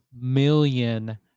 million